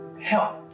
help